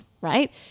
right